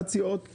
האינטגרציות.